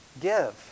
give